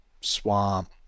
swamp